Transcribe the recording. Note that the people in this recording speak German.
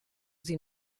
sie